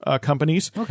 companies